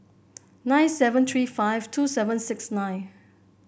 nine seven three five two seven six nine